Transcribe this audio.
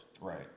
right